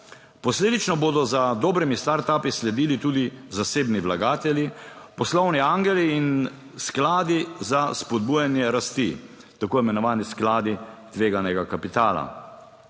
Posledično bodo za dobrimi startupi sledili tudi zasebni vlagatelji, poslovni angeli in skladi za spodbujanje rasti, tako imenovani skladi tveganega kapitala.